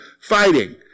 fighting